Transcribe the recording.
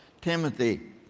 Timothy